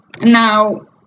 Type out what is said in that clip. now